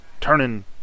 turning